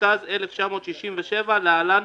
התשכ"ז-1967 (להלן,